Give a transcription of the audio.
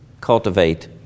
cultivate